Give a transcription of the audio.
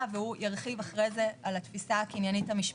ירחיב אחרי זה על התפיסה הקניינית המשפטית.